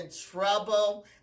trouble